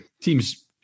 teams